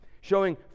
showing